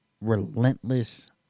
relentless